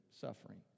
suffering